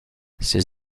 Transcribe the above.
ses